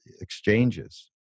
exchanges